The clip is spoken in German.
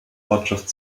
ortschaft